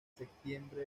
septiembre